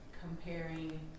comparing